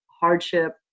hardship